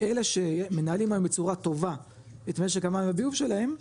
אלה שמנהלים היום בצורה טובה את משק המים הביוב שלהם,